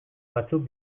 batzuk